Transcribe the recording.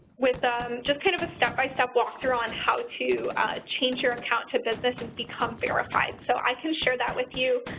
with just kind of a step-by-step walkthrough on how to change your account to business and become verified. so i can share that with you